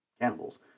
cannibals